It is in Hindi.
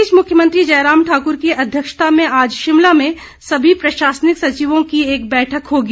इस बीच मुख्यमंत्री जयराम ठाक्र की अध्यक्षता में आज शिमला में सभी प्रशासनिक सचिवों की एक बैठक होगी